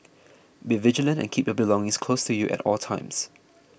be vigilant and keep your belongings close to you at all times